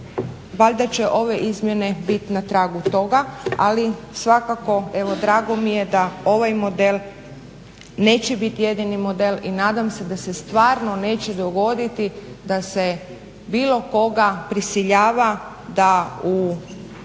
valjda će ove izmjene biti na tragu toga ali svakako evo drago mi je da ovaj model neće biti jedini model i nadam se da se stvarno neće dogoditi da se bilo koga prisiljava da u